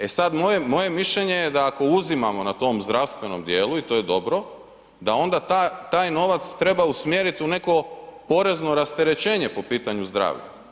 E sada moje mišljenje je da ako uzimamo na tom zdravstvenom dijelu i to je dobro, da onda taj novac treba usmjeriti u neko porezno rasterećenje po pitanju zdravlja.